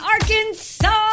Arkansas